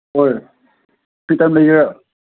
ꯍꯣꯏ